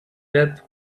death